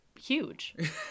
huge